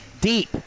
deep